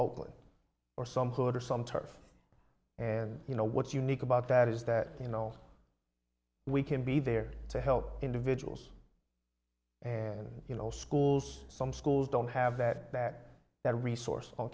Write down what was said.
hood or some turf and you know what's unique about that is that you know we can be there to help individuals and you know schools some schools don't have that that that resource